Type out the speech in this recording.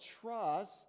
trust